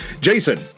Jason